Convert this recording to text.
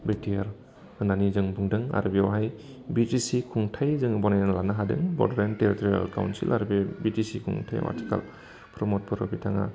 बि T R होननानै जों बुंदों आरो बेवहाय बि टि सि खुंथाइजों बनायना लानो हादों बड'लेण्ड टेरिटरियेल काउन्सिल आरो बे बि टि सि खुंथायाव आथिखालाव प्रमद बर' बिथाङा